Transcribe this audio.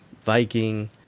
viking